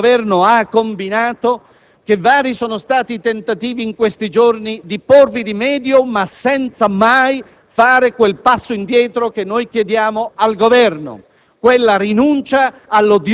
Tale è il pasticcio che il Governo ha combinato che vari sono stati i tentativi in questi giorni di porvi rimedio, ma senza mai fare quel passo indietro che noi chiediamo al Governo,